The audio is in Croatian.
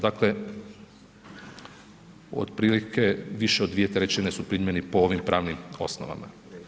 Dakle, otprilike, više od 2/3 su primljeni po ovim pravnim osnovama.